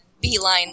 beeline